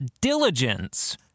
diligence